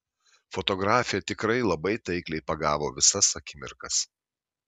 fotografė tikrai labai taikliai pagavo visas akimirkas